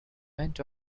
went